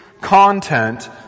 content